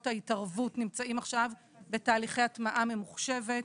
ההתערבות נמצאים עכשיו בתהליכי הטמעה ממוחשבת.